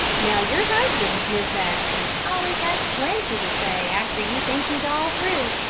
now your husband, mis' baxter, always has plenty to say after you think he's all through.